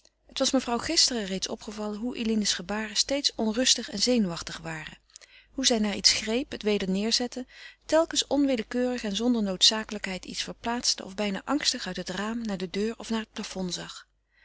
het was mevrouw gisteren reeds opgevallen hoe eline's gebaren steeds onrustig en zenuwachtig waren hoe zij naar iets greep het weder neêrzette telkens onwillekeurig en zonder noodzakelijkheid iets verplaatste of bijna angstig uit het raam naar de deur of naar het plafond zag